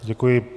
Děkuji.